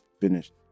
finished